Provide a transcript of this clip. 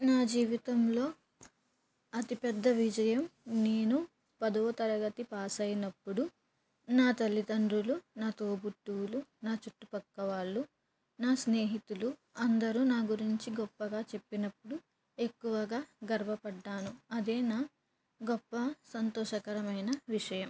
నా జీవితంలో అతిపెద్ద విజయం నేను పదవ తరగతి పాస్ అయినప్పుడు నా తల్లిదండ్రులు నా తోబుట్టువులు నా చుట్టుపక్క వాళ్ళు నా స్నేహితులు అందరూ నా గురించి గొప్పగా చెప్పినప్పుడు ఎక్కువగా గర్వపడ్డాను అదే నా గొప్ప సంతోషకరమైన విషయం